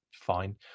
fine